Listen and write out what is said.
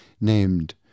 named